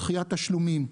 דחיית תשלומים,